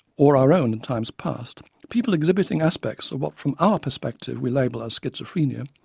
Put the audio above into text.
or our own in times past, people exhibiting aspects of what from our perspective we label as schizophrenia,